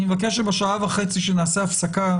אני מבקש שבשעה וחצי שנעשה הפסקה,